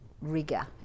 rigour